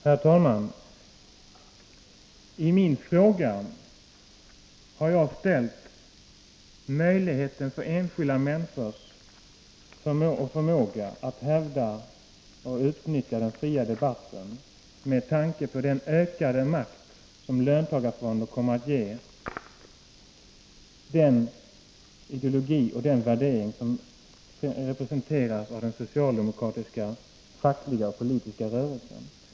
Herr talman! I min fråga har jag tagit upp enskilda människors förmåga att utnyttja den fria debatten med tanke på den ökade makt som löntagarfonder kommer att ge den ideologi och den värdering som representeras av den socialdemokratiska fackliga och politiska rörelsen.